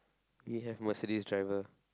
we have Mercedes driver